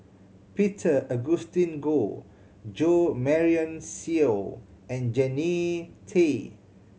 Peter Augustine Goh Jo Marion Seow and Jannie Tay